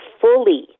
fully